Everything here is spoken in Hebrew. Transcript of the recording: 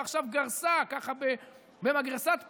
ועכשיו גרסה ככה במגרסת פתיתים,